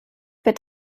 wird